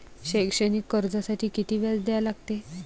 शैक्षणिक कर्जासाठी किती व्याज द्या लागते?